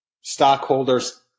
Stockholders